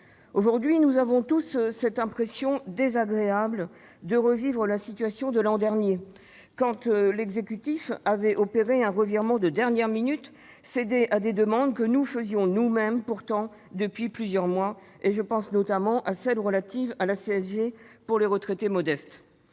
Aujourd'hui, nous avons tous l'impression désagréable de revivre la même situation que l'an dernier, lorsque l'exécutif avait opéré un revirement de dernière minute et cédé à des demandes que nous faisions nous-mêmes depuis plusieurs mois ; je pense notamment à l'exonération de l'augmentation de la CSG pour les retraités modestes.